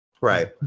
Right